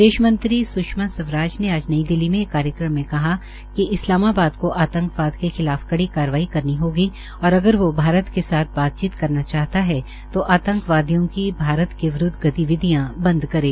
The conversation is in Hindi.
विदेश मंत्री सूषमा स्वराज ने आज नई दिल्ली में एक कार्य्क्रम में कहा कि इस्लामाबाद को आतंकवाद के खिलाफ कड़ी कार्रवाई करनी होगा और अगर भारत के साथ बातचीत करना चहाता है तो आतंकवादियों की भारत के विरूदव गतिविधियां बंद करें